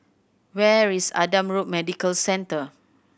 where is Adam Road Medical Centre